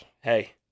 Hey